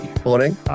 Morning